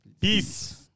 Peace